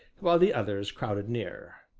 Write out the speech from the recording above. while the others crowded nearer.